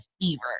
fever